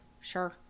sure